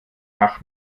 ach